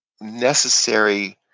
necessary